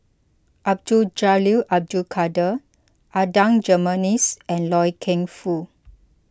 Abdul Jalil Abdul Kadir Adan Jimenez and Loy Keng Foo